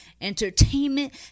entertainment